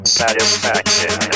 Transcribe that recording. satisfaction